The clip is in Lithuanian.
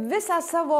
visą savo